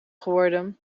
geworden